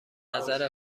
نظر